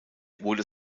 wurde